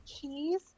cheese